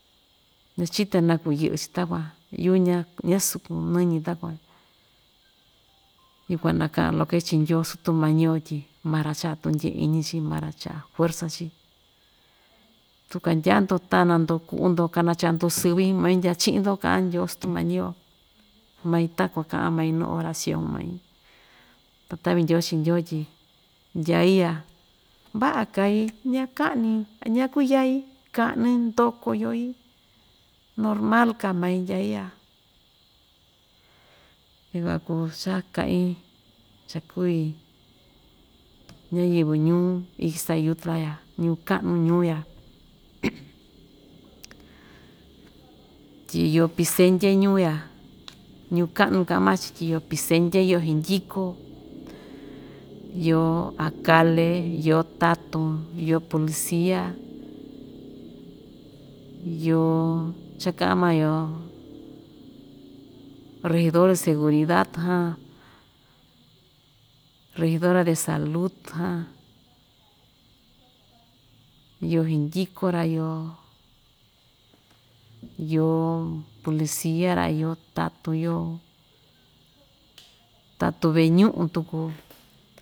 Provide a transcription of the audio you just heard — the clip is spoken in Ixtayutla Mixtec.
Ñachite naku yɨꞌɨ‑chi takuan yuꞌu ña ñasukun nɨñɨ takuan yukuan nakaꞌa loke chii ndyoo sutumañi‑yo tyi maa‑ra chaꞌa tundyeiñi chii maa‑ra chaꞌa fuerza chii tuu kandyaa‑ndo tanan‑do kuꞌu‑do kanachaa‑do sɨvɨ main ndya chiꞌin‑do, kaꞌan ndyoo stumañi‑yo mai takuan kaꞌan main nu oracion mai ta taꞌvi ndyoo chii ndyoo tyi ndyai a, vaꞌa kai ñakaꞌni, ta ña kuyai kaꞌani ndokoyoi normal kaa mai ndyaia, yukuan kuu cha kaꞌin chakui ñayɨvɨ ñuu ixtayutla ya ñuu kaꞌnu ñuu ya tyi iyo pisendye ñuua ñuu kaꞌnu kaꞌan maa‑chi tyi iyo pinsendye iyo xindyiko iyo akale iyo tatun iyo policia iyo cha‑kaꞌan maa‑yo regidor de seguridad han regidora de salud han, iyo nhidyiko‑ra iyo yoo policia‑ra iyo tatun iyo tatun veꞌe ñuꞌun tuku.